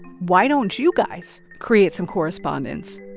why don't you guys create some correspondence,